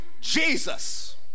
Jesus